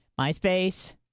MySpace